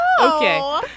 Okay